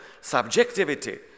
subjectivity